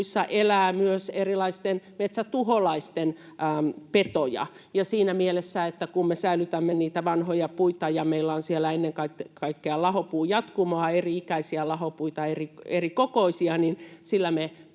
lahopuissa elää myös erilaisten metsätuholaisten petoja. Siinä mielessä, kun me säilytämme niitä vanhoja puita ja meillä on siellä ennen kaikkea lahopuujatkumoa, eri-ikäisiä lahopuita, erikokoisia,